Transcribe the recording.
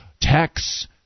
tax